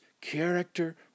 character